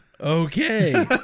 Okay